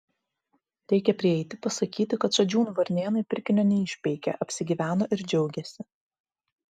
reikia prieiti pasakyti kad šadžiūnų varnėnai pirkinio neišpeikė apsigyveno ir džiaugiasi